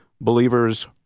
believers